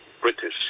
British